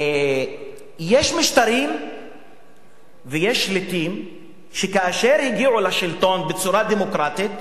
יש משטרים ויש שליטים שכאשר הגיעו לשלטון בצורה דמוקרטית,